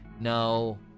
No